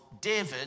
David